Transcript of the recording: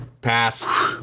Pass